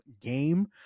game